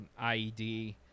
IED